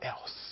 else